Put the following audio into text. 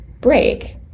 break